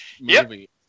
movie